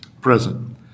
Present